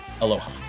aloha